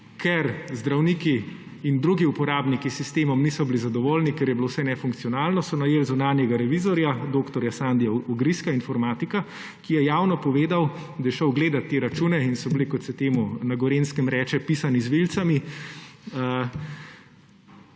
Ker zdravniki in drugi uporabniki s sistemom niso bili zadovoljni, ker je bilo vse nefunkcionalno, so najeli zunanjega revizorja dr. Sandija Ogrizka, informatika, ki je javno povedal, da je šel gledat te račune in so bili, kot se temu na Gorenjskem reče, pisani z vilicami,